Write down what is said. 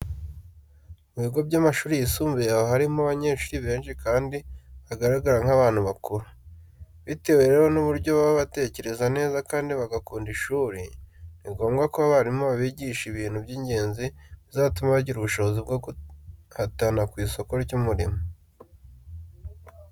Mu bigo by'amashuri yisumbuye haba harimo abanyeshuri benshi kandi bagaragara nk'abantu bakuru. Bitewe rero n'uburyo baba batekereza neza kandi bagakunda ishuri, ni ngombwa ko abarimu babigisha ibintu by'ingenzi bizatuma bagira ubushobozi bwo guhatana ku isoko ry'umurimo.